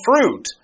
fruit